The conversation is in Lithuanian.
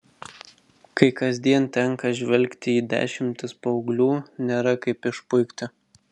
kai kasdien tenka žvelgti į dešimtis paauglių nėra kaip išpuikti